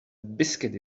biscuit